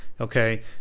okay